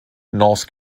north